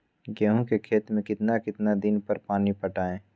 गेंहू के खेत मे कितना कितना दिन पर पानी पटाये?